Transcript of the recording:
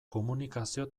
komunikazio